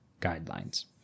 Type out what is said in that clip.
guidelines